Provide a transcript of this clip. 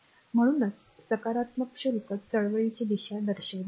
म्हणूनच सकारात्मक शुल्क चळवळीची दिशा दर्शविली जाते